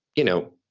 you know,